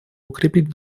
укрепить